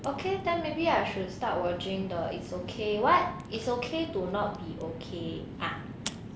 okay then maybe I should start watching the it's okay what is okay to not be okay ah